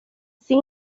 sin